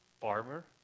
farmer